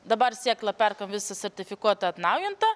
dabar sėklą perkam visi sertifikuotą atnaujintą